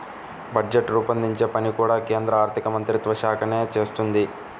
budget రూపొందించే పని కూడా కేంద్ర ఆర్ధికమంత్రిత్వ శాఖే చేస్తుంది